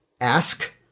ask